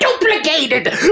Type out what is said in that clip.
duplicated